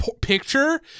Picture